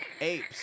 Apes